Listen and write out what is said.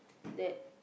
that